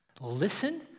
listen